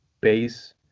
base